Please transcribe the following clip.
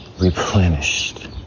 replenished